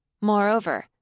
Moreover